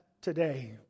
today